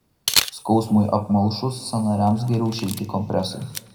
skausmui apmalšus sąnariams geriau šilti kompresai